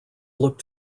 look